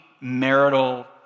marital